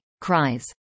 Cries